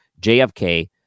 JFK